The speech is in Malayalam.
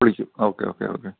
വിളിച്ചു ഓക്കെ ഓക്കെ ഓക്കെ